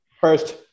First